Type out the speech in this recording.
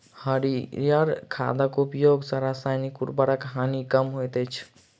हरीयर खादक उपयोग सॅ रासायनिक उर्वरकक हानि कम होइत अछि